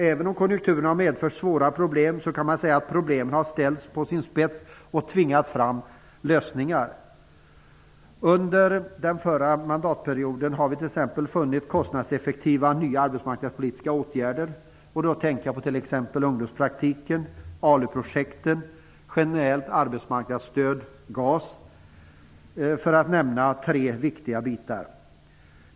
Även om konjunkturen har medfört svåra problem kan man säga att problemen har ställts på sin spets och tvingat fram lösningar. Under den förra mandatperioden har vi t.ex. funnit kostnadseffektiva, nya arbetsmarknadspolitiska åtgärder, t.ex. ungdomspraktik, ALU-projekt och generellt arbetsmarknadsstöd, GAS. Det är tre viktiga bitar.